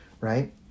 right